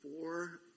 four